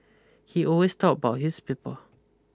he always thought about his people